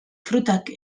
frutak